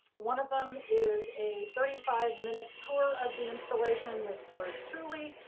one of them is a thirty five minute tour of the installation with yours truly.